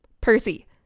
Percy